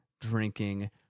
drinking